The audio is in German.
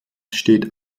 steht